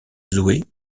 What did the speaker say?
zoé